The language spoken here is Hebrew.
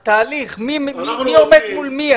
התהליך, מי עומד מול מי?